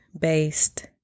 based